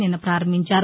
నిన్న ప్రారంభించారు